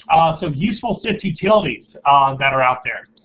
so useful sift utilities that are out there.